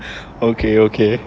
okay okay